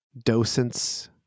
docents